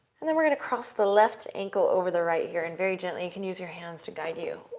and then we're going to cross the left ankle over the right here and very gently. you can use your hands to guide you.